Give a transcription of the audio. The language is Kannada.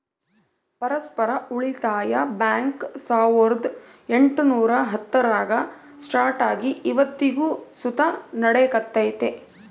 ಪರಸ್ಪರ ಉಳಿತಾಯ ಬ್ಯಾಂಕ್ ಸಾವುರ್ದ ಎಂಟುನೂರ ಹತ್ತರಾಗ ಸ್ಟಾರ್ಟ್ ಆಗಿ ಇವತ್ತಿಗೂ ಸುತ ನಡೆಕತ್ತೆತೆ